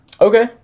Okay